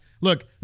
look